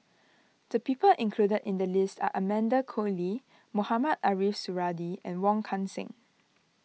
the people included in the list are Amanda Koe Lee Mohamed Ariff Suradi and Wong Kan Seng